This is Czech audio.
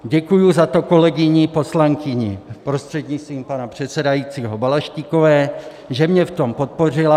Děkuji za to kolegyni poslankyni, prostřednictvím pana předsedajícího, Balaštíkové, že mě v tom podpořila.